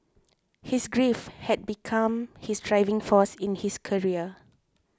his grief had become his driving force in his career